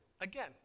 again